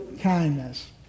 kindness